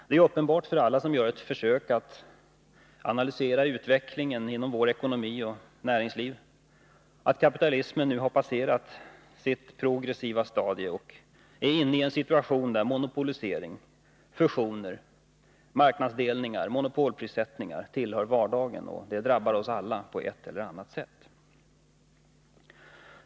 Det är uppenbart för alla som gör ett försök att analysera utvecklingen inom vår ekonomi och vårt näringsliv, att kapitalismen nu har passerat sitt progressiva stadium och befinner sig i en situation där monopolisering, fusioner, marknadsdelningar och monopolprissättningar tillhör vardagen. Det drabbar oss alla på ett eller annat sätt.